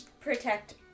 protect